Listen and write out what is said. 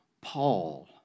Paul